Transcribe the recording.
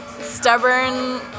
stubborn